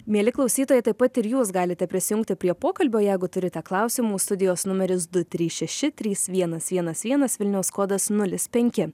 mieli klausytojai taip pat ir jūs galite prisijungti prie pokalbio jeigu turite klausimų studijos numeris du trys šeši trys vienas vienas vienas vilniaus kodas nulis penki